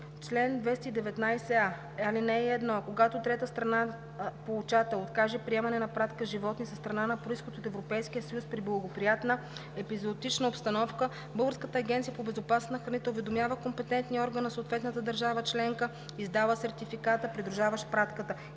„Чл. 219а. (1) Когато трета страна получател откаже приемане на пратка с животни със страна на произход от Европейския съюз при благоприятна епизоотична обстановка, Българската агенция по безопасност на храните уведомява компетентния орган на съответната държава членка, издала сертификата, придружаващ пратката,